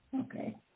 Okay